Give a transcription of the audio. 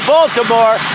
Baltimore